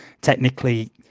Technically